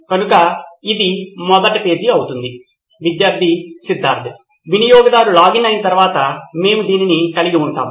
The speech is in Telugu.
కనుక ఇది మొదటి పేజీ అవుతుంది విద్యార్థి సిద్ధార్థ్ వినియోగదారు లాగిన్ అయిన తర్వాత మేము దీనిని కలిగి ఉంటాము